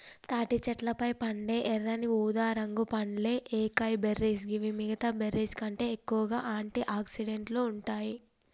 తాటి చెట్లపై పండే ఎర్రని ఊదారంగు పండ్లే ఏకైబెర్రీస్ గివి మిగితా బెర్రీస్కంటే ఎక్కువగా ఆంటి ఆక్సిడెంట్లు ఉంటాయి